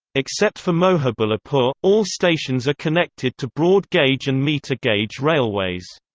except for mohibullapur, all stations are connected to broad gauge and metre gauge railways.